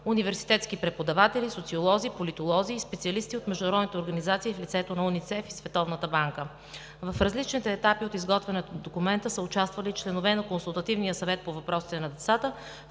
университетски преподаватели, социолози, политолози и специалисти от международните организации в лицето на УНИЦЕФ и Световната банка. В различните етапи от изготвянето на документа са участвали членове на Консултативния съвет по въпросите на децата,